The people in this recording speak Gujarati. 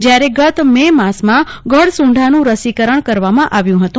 જયારે ગત મે માસમાં ગડસુંઢાનું રસીકરણ કરવામાં આવ્યું હતું